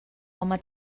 home